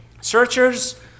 Searchers